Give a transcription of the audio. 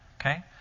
okay